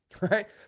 right